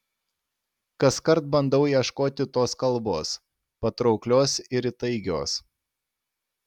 kaskart bandau ieškoti tos kalbos patrauklios ir įtaigios